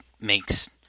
makes